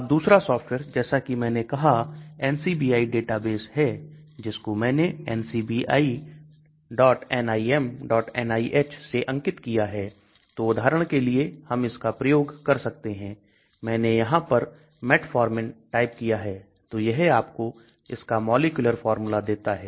अब दूसरा सॉफ्टवेयर जैसा कि मैंने कहा NCBI डेटाबेस है जिसको मैंने NCBINIMNIH से अंकित किया है तो उदाहरण के लिए हम इसका प्रयोग कर सकते हैं मैंने यहां पर Metformin टाइप किया है तो यह आपको इसका मॉलिक्यूलर फार्मूला देता है